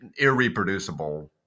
irreproducible